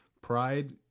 pride